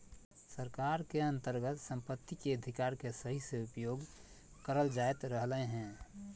सरकार के अन्तर्गत सम्पत्ति के अधिकार के सही से उपयोग करल जायत रहलय हें